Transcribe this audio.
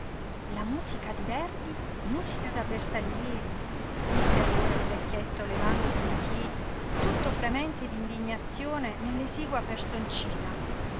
la musica di verdi musica da bersaglieri disse allora il vecchietto levandosi in piedi tutto fremente d'indignazione nell'esigua personcina